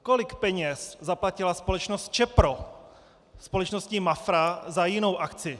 Kolik peněz zaplatila společnost Čepro společnosti Mafra za jinou akci.